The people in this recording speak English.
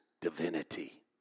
divinity